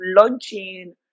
launching